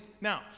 Now